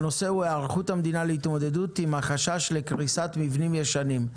והנושא הוא: היערכות המדינה להתמודדות עם החשש לקריסת מבנים ישנים.